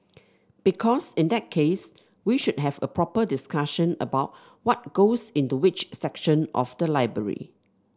because in that case we should have a proper discussion about what goes into which section of the library